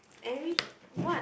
every what